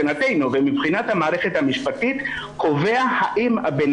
שמבחינת המערכת המשפטית קובע אם הבן